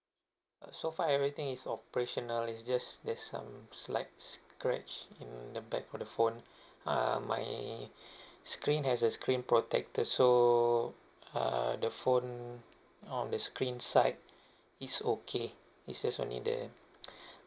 uh so far everything is operational it's just there's some slight scratch in the back of the phone uh my screen has a screen protector so uh the phone on the screen side is okay it's just only the